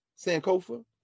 Sankofa